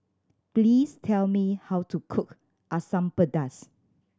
please tell me how to cook Asam Pedas